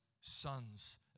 sons